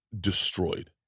destroyed